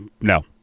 no